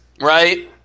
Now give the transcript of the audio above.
Right